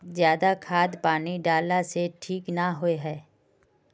ज्यादा खाद पानी डाला से ठीक ना होए है?